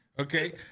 okay